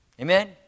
Amen